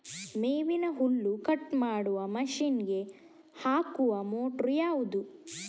ಮೇವಿನ ಹುಲ್ಲು ಕಟ್ ಮಾಡುವ ಮಷೀನ್ ಗೆ ಹಾಕುವ ಮೋಟ್ರು ಯಾವುದು?